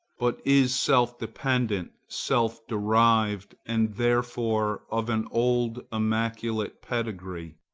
but is self-dependent, self-derived, and therefore of an old immaculate pedigree,